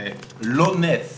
זה לא נס